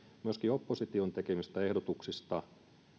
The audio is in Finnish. myöskin opposition tekemistä ehdotuksista